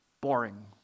boring